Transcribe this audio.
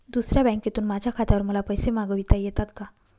दुसऱ्या बँकेतून माझ्या खात्यावर मला पैसे मागविता येतात का?